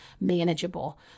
manageable